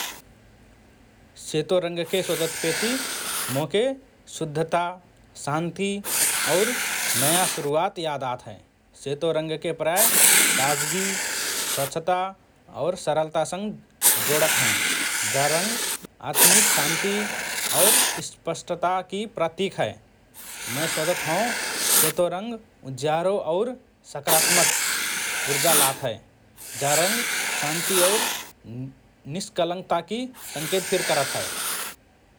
सेतो रंगके सोचतपेति मोके शुद्धता, शान्ति और नया शुरुवात याद आत हए । सेतो रंगके प्रायः ताजगी, स्वच्छता और सरलता सँग जोडत हएँ । जा रंग आत्मिक शान्ति और स्पष्टताकि प्रतिक हए । मए सोचत हओं सेतो रंग उज्यारो और सकारात्मक उर्जा लात हए । जा रंग शान्ति और निस्कलंकताकि संकेत फिर करत हए ।